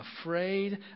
afraid